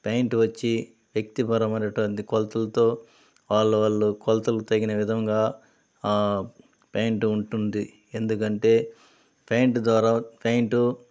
pant వచ్చి వ్యక్తిపరమైనటువంటి కొలతలతో వాళ్ళ వాళ్ళ కొలతలు తగిన విధంగా ప్యాంటు ఉంటుంది ఎందుకంటే ప్యాంటు ద్వారా ఫ్యాంటు